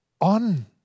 on